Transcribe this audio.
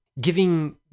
giving